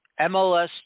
MLS